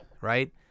right